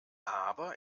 aber